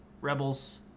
Rebels